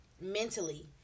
mentally